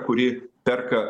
kuri perka